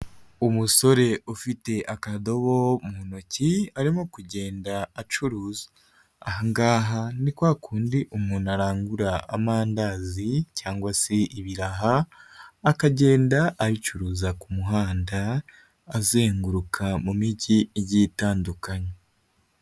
Umusore ufite akadobo mu ntoki arimo kugenda acuruza, aha ngaha ni kwa kundi umuntu arangura amandazi cyangwa se ibiraha akagenda abicuruza ku muhanda azenguruka mu migi igiye itandukanye.